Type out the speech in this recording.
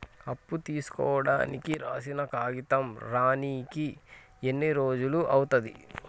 అప్పు తీసుకోనికి రాసిన కాగితం రానీకి ఎన్ని రోజులు అవుతది?